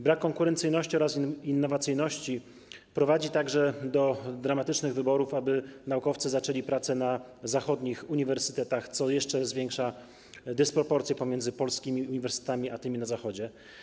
Brak konkurencyjności oraz innowacyjności prowadzi także do dramatycznych wyborów zmierzających do tego, aby naukowcy zaczęli prace na zachodnich uniwersytetach, co jeszcze zwiększa dysproporcje pomiędzy polskimi uniwersytetami a tymi na Zachodzie.